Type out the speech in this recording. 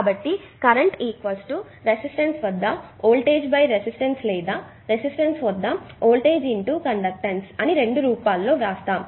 కాబట్టి ఈ current resistance వద్ద వోల్టేజ్ రెసిస్టన్స్ లేదా రెసిస్టన్స్ వద్ద వోల్టేజ్ కండక్టెన్స్ రెండు రూపాల్లో వ్రాస్తాము